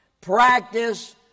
practice